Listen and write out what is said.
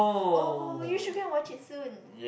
oh you should go and watch it soon